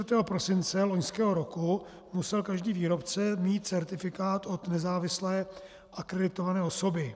Do 4. prosince loňského roku musel každý výrobce mít certifikát od nezávislé akreditované osoby.